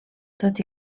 tot